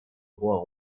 droits